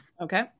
Okay